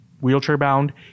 wheelchair-bound